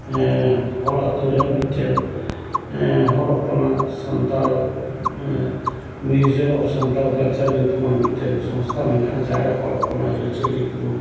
ᱦᱚᱲ ᱟᱛᱩᱨᱮ ᱢᱤᱫᱴᱮᱱ ᱦᱚᱲ ᱦᱚᱯᱚᱱᱟᱜ Santal museum of Santal culture ᱧᱩᱛᱩᱢᱟᱱ ᱢᱤᱫᱴᱮᱱ ᱥᱚᱝᱥᱛᱷᱟ ᱢᱮᱱᱟᱜᱼᱟ ᱡᱟᱦᱟᱸᱨᱮ ᱦᱚᱲ ᱦᱚᱯᱚᱱᱟᱜ ᱟᱹᱨᱤᱪᱟᱹᱞᱤ ᱠᱩ